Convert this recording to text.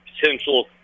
potential